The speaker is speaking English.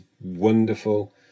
wonderful